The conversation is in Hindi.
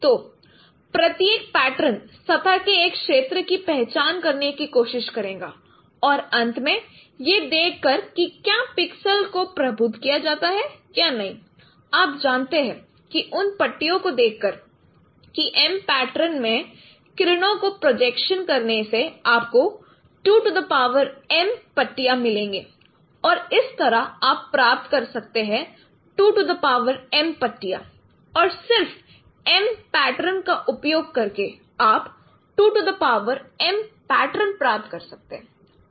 तो प्रत्येक पैटर्न सतह के एक क्षेत्र की पहचान करने की कोशिश करेगा और अंत में यह देख कर कि क्या पिक्सल को प्रबुद्ध किया जाता है या नहीं आप जानते हैं कि उन पट्टियों को देखकर कि m पैटर्न में किरणों को प्रोजेक्शन करने से आपको 2m पट्टियाँ मिलेंगे और इस तरह आप प्राप्त कर सकते हैं 2m पट्टियाँ और सिर्फ एम पैटर्न का उपयोग करके आप 2m पैटर्न प्राप्त कर सकते हैं